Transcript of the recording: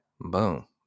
Boom